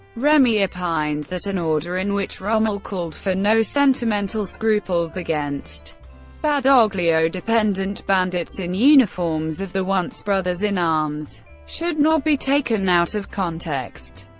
remy opines that an order in which rommel called for no sentimental scruples against badoglio-dependent bandits in uniforms of the once brothers-in-arms should not be taken out of context.